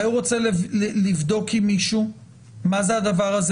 אולי הוא רוצה לבדוק עם מישהו מה זה הדבר הזה,